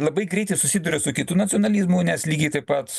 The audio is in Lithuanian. labai greitai susiduria su kitu nacionalizmu nes lygiai taip pat